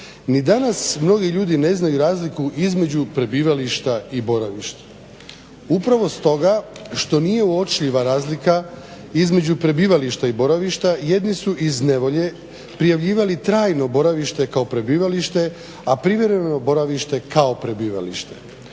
Ni danas mnogi ljudi ne znaju razliku između prebivališta i boravišta. Upravo stoga što nije uočljiva razlika između prebivališta i boravišta, jedni su iz nevolje prijavljivali trajno boravište kao prebivalište, a privremeno boravište kao prebivalište.